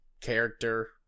character